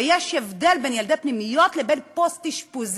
ויש הבדל בין ילדי פנימיות לבין ילדים במסגרת פוסט-אשפוזית,